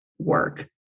work